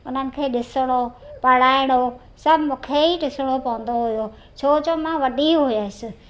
उन्हनि खे ॾिसणो पढ़ाइणो सभु मूंखे ई ॾिसणो पवंदो हुओ छोजो मां वॾी हुअसि